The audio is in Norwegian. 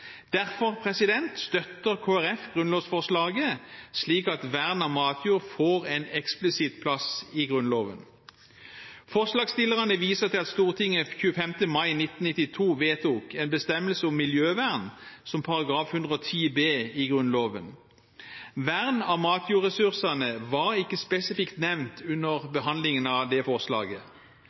Derfor støtter Kristelig Folkeparti grunnlovsforslaget, slik at vern av matjord får en eksplisitt plass i Grunnloven. Forslagsstillerne viser til at Stortinget 25. mai 1992 vedtok en bestemmelse om miljøvern som § 110 b i Grunnloven. Vern av matjordressursene var ikke spesifikt nevnt under behandlingen av det forslaget.